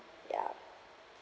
yup